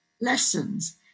lessons